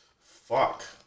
Fuck